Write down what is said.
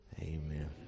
Amen